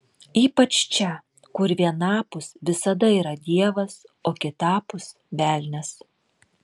ypač čia kur vienapus visada yra dievas o kitapus velnias